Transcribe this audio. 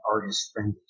artist-friendly